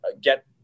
get